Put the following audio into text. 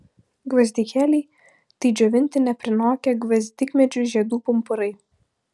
gvazdikėliai tai džiovinti neprinokę gvazdikmedžių žiedų pumpurai